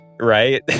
right